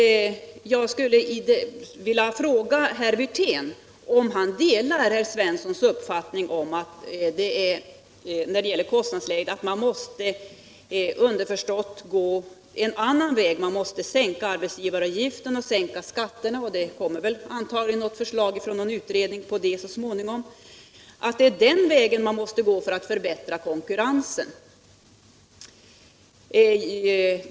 Jag skulle vilja fråga herr Wirtén om han delar herr Svenssons uppfattning om att man för att komma till rätta med konkurrensläget måste sänka arbetsgivaravgiften och skatterna. Det kommer antagligen förslag från någon utredning om detta så småningom. Är det den vägen man måste gå för att förbättra konkurrensen?